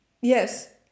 Yes